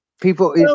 people